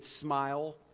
smile